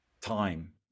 time